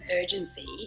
urgency